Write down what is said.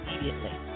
immediately